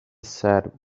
said